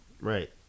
Right